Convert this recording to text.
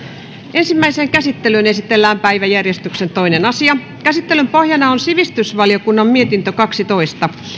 ensimmäiseen käsittelyyn esitellään päiväjärjestyksen toinen asia käsittelyn pohjana on sivistysvaliokunnan mietintö kaksitoista